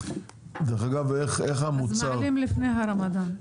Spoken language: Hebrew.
אז מעלים לפני הרמדאן.